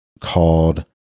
called